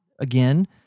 again